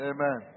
Amen